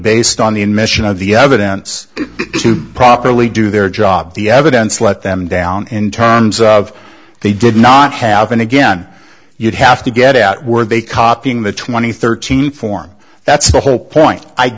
based on the admission of the evidence to properly do their job the evidence let them down in terms of they did not have and again you'd have to get out were they copying the twenty thirteen form that's the whole point i